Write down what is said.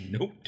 Nope